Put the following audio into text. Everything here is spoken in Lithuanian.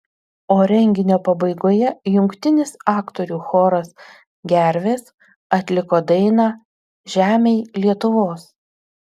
o renginio pabaigoje jungtinis aktorių choras gervės atliko dainą žemėj lietuvos